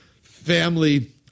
family